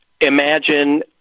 imagine